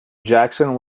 jackson